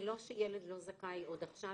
זה לא שילד לא זכאי, עוד עכשיו